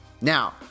Now